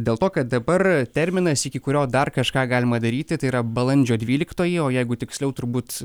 dėl to kad dabar terminas iki kurio dar kažką galima daryti tai yra balandžio dvyliktoji o jeigu tiksliau turbūt